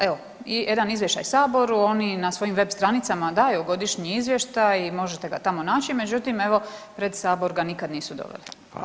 Evo jedan izvještaj Saboru, oni na svojim web stranicama daju godišnji izvještaj i možete ga tamo naći, međutim evo pred Sabor ga nikad nisu doveli.